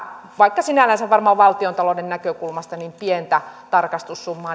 vaikka sinällänsä varmaan valtiontalouden näkökulmasta tämä tarkistussumma